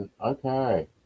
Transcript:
okay